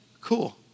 Cool